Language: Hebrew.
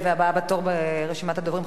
הבאה בתור ברשימת הדוברים,